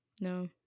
No